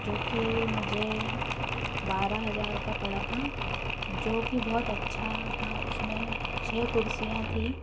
जो कि मुझे बारह हजार का पड़ा था जो कि बहुत अच्छा था उसमें छः कुर्सीयाँ थी